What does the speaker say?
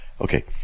Okay